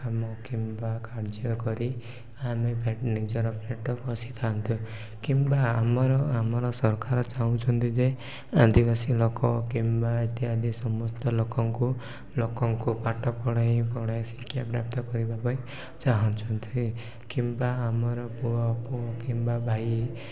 କାମ କିମ୍ବା କାର୍ଯ୍ୟ କରି ଆମେ ନିଜର ପେଟ ପୋଷିଥାନ୍ତୁ କିମ୍ବା ଆମର ଆମର ସରକାର ଚାହୁଁଛନ୍ତି ଯେ ଆଦିବାସୀ ଲୋକ କିମ୍ବା ଇତ୍ୟାଦି ସମସ୍ତ ଲୋକଙ୍କୁ ଲୋକଙ୍କୁ ପାଠ ପଢ଼େଇ ଶିକ୍ଷାପ୍ରାପ୍ତ କରିବା ପାଇଁ ଚାହୁଁଛନ୍ତି କିମ୍ବା ଆମର ପୁଅ କିମ୍ବା ଭାଇ